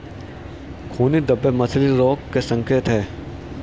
खूनी धब्बे मछली रोग के संकेत हैं